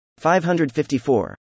554